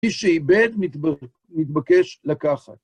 מי שאיבד, מתבקש לקחת.